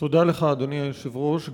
תודה לך, אדוני היושב-ראש.